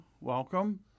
Welcome